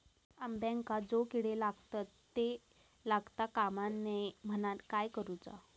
अंब्यांका जो किडे लागतत ते लागता कमा नये म्हनाण काय करूचा?